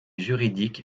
juridique